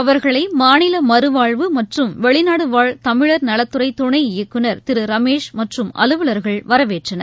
அவர்களை மாநில மறுவாழ்வு மற்றும் வெளிநாடுகள்வாழ் தமிழர் நலத்துறை தணை இயக்குநர் திரு ரமேஷ் மற்றும் அலுவலர்கள் வரவேற்றனர்